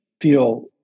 feel